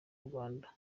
rwanda